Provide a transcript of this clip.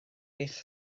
eich